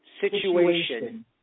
situation